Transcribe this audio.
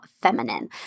feminine